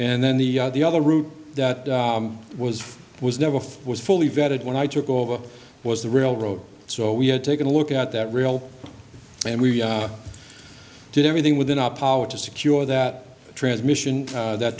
and then the the other route that was it was never was fully vetted when i took over was the railroad so we had taken a look at that rail and we i did everything within our power to secure that transmission that